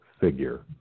figure